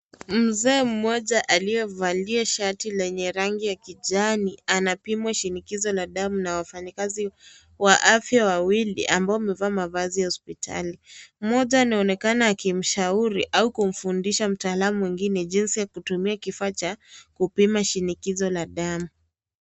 Mzee mmoja aliyevalia shati lenye rangi ya kijani, anapimwa shinikizo la damu na wafanyikazi, wa, afya wawili ambao wamevaa mavazi ya hospitali, mmoja anaonekana akimshauri au kumfundisha mtaalamu mwingine jinsi ya kutumia kifaa cha, kupima shinikizo la damu.